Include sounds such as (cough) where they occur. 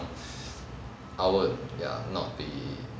(breath) I would ya not be